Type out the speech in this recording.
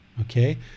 Okay